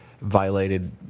Violated